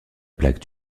plaque